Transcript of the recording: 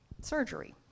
surgery